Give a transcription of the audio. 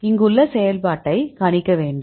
இங்குள்ள செயல்பாட்டை கணிக்க வேண்டும்